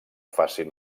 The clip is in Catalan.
facin